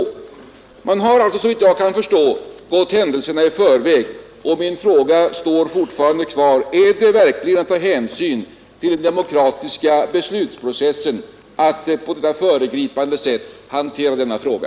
Men har alltså såvitt jag kan förstå gått händelserna i förväg, och min fråga står fortfarande kvar: Är det verkligen förenligt med hänsynen till den demokratiska beslutsprocessen att på detta föregripande sätt hantera denna fråga?